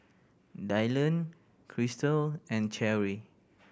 Dylan Krystle and Cherri